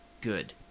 good